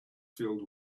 filled